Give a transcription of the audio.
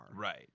Right